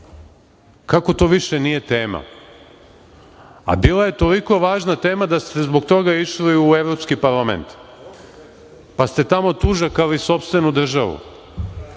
Kako to više nije tema? A bila je toliko važna tema da ste zbog toga išli u Evropski parlament, pa ste tamo tužakali sopstvenu državu